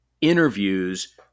interviews